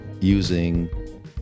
using